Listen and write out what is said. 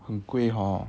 很贵 hor